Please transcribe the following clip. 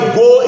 go